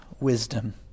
wisdom